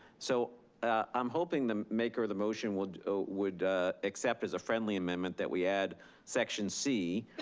so i'm hoping the maker of the motion would would accept as a friendly amendment that we add section c,